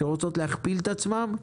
שרוצות להכפיל את עצמן,